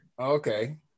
Okay